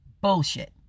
bullshit